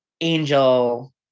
Angel